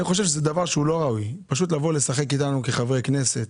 אני חושב שלא ראוי לשחק איתנו, חברי הכנסת.